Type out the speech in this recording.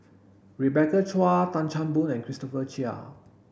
Rebecca Chua Tan Chan Boon and Christopher Chia